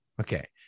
Okay